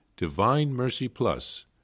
Divinemercyplus